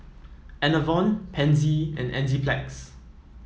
Enervon Pansy and Enzyplex